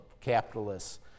capitalists